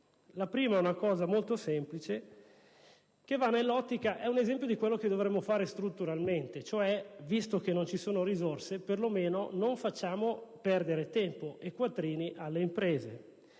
su una questione molto semplice, che è un esempio di quello che dovremmo fare strutturalmente: visto che non ci sono risorse, perlomeno non facciamo perdere tempo e quattrini alle imprese.